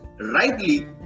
rightly